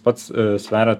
pats sveria